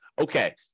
okay